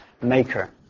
maker